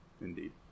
indeed